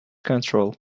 control